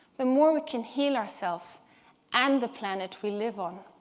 the more we can heal ourselves and the planet we live on.